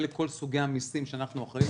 אלה כל סוגי המסים שאנחנו אחראים עליהם